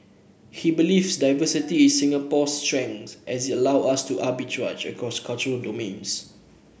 he believes diversity is Singapore's strength as it allow us to arbitrage across cultural domains